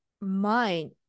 mind